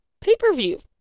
pay-per-view